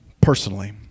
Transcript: personally